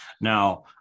Now